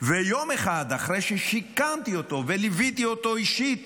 ויום אחד, אחרי ששיקמתי אותו וליוויתי אותו אישית,